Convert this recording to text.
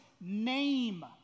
name